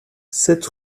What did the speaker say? sept